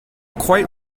quite